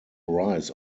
rise